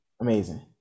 amazing